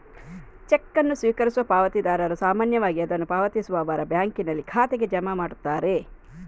check ಅನ್ನು ಸ್ವೀಕರಿಸುವ ಪಾವತಿದಾರರು ಸಾಮಾನ್ಯವಾಗಿ ಅದನ್ನು ಪಾವತಿಸುವವರ ಬ್ಯಾಂಕಿನಲ್ಲಿ ಖಾತೆಗೆ ಜಮಾ ಮಾಡುತ್ತಾರೆ